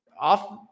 off